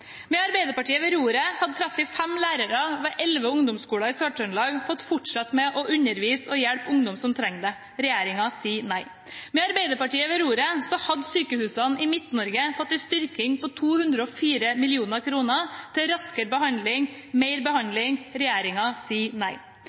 Med Arbeiderpartiet ved roret hadde 35 lærere ved 11 ungdomsskoler i Sør-Trøndelag fått fortsette med å undervise og hjelpe ungdom som trenger det. Regjeringen sier nei. Med Arbeiderpartiet ved roret hadde sykehusene i Midt-Norge fått en styrking på 204 mill. kr til raskere og mer behandling. Regjeringen sier nei.